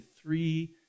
three